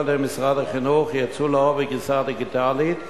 על-ידי משרד החינוך יצאו לאור בגרסה דיגיטלית,